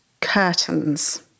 curtains